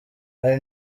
hari